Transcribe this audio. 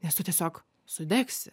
nes tu tiesiog sudegsi